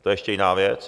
To je ještě jiná věc.